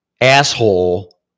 asshole